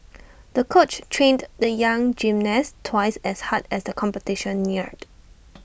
the coach trained the young gymnast twice as hard as the competition neared